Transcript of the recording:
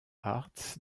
arts